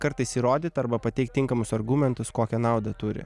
kartais įrodyt arba pateikt tinkamus argumentus kokią naudą turi